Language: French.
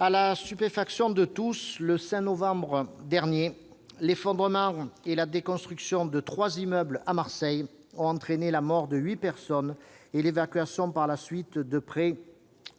à la stupéfaction de tous, le 5 novembre dernier, l'effondrement et la déconstruction de trois immeubles à Marseille ont entraîné la mort de 8 personnes et l'évacuation par la suite de près